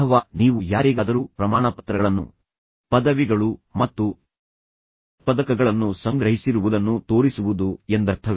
ಅಥವಾ ನೀವು ಯಾರಿಗಾದರೂ ಪ್ರಮಾಣಪತ್ರಗಳನ್ನು ಪದವಿಗಳು ಮತ್ತು ಪದಕಗಳನ್ನು ಸಂಗ್ರಹಿಸಿರುವುದನ್ನು ತೋರಿಸುವುದು ಎಂದರ್ಥವೇ